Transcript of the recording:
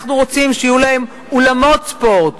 אנחנו רוצים שיהיו להם אולמות ספורט,